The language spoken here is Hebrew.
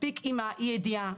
מספיק עם האי ידיעה.